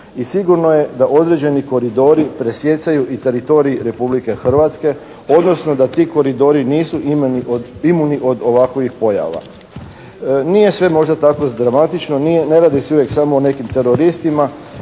i sigurno je da određeni koridori presjecaju i teritorij Republike Hrvatske, odnosno da ti koridori nisu imuni od ovakovih pojava. Nije sve možda tako dramatično, ne radi se uvijek samo o nekim teroristima,